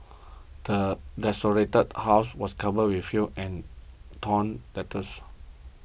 the desolated house was covered with filth and torn letters